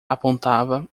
apontava